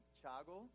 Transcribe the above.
chago